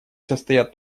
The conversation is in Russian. состоят